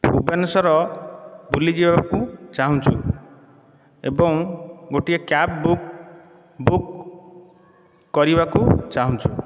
ଭୁବେନେଶ୍ୱର ବୁଲିଯିବାକୁ ଚାହୁଁଛୁ ଏଵଂ ଗୋଟିଏ କ୍ୟାବ ବୁକ ବୁକ କରିବାକୁ ଚାହୁଁଛୁ